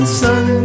sun